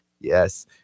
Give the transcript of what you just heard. Yes